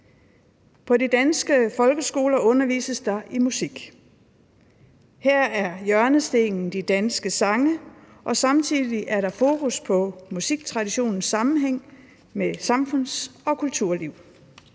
På de danske folkeskoler undervises der i musik. Her er hjørnestenen de danske sange, og samtidig er der fokus på musiktraditionens sammenhæng med samfunds- og kulturliv.